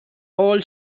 all